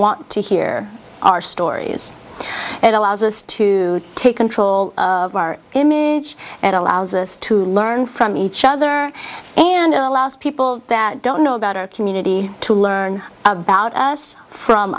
want to hear our stories and it allows us to take control of our image and allows us to learn from each other and allows people that don't know about our community to learn about us from